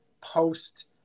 post